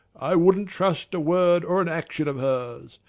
i wouldn't trust a word or an action of hers.